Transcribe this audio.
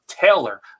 Taylor